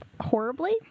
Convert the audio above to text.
horribly